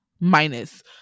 minus